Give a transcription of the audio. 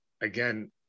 again